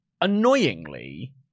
annoyingly